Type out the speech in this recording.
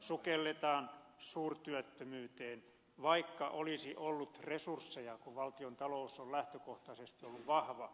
sukelletaan suurtyöttömyyteen vaikka olisi ollut resursseja kun valtiontalous on lähtökohtaisesti ollut vahva